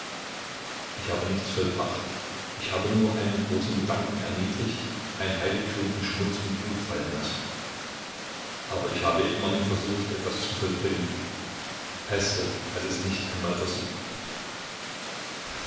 ich habe nichts vollbracht ich habe nur einen großen gedanken erniedrigt ein heiligtum in schmutz und blut fallen lassen aber ich habe immerhin versucht etwas zu vollbringen pestel hat es nicht einmal versucht